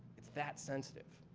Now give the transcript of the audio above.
it's that sensitive.